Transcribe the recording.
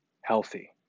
healthy